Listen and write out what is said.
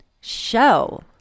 show